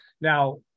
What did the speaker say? Now